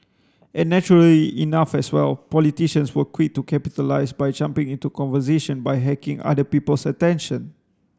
and naturally enough as well politicians were quick to capitalise by jumping into conversation by hacking other people's attention